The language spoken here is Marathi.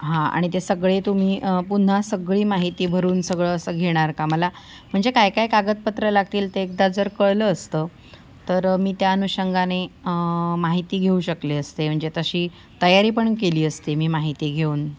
हां आणि ते सगळे तुम्ही पुन्हा सगळी माहिती भरून सगळं असं घेणार का मला म्हणजे काय काय कागदपत्रं लागतील ते एकदा जर कळलं असतं तर मी त्या अनुषंगाने माहिती घेऊ शकले असते म्हणजे तशी तयारी पण केली असती मी माहिती घेऊन